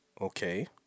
Okay